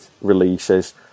releases